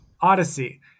Odyssey